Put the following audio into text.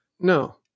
no